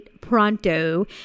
pronto